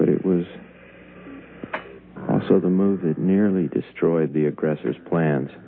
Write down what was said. but it was also the move that nearly destroyed the aggressors plans